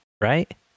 right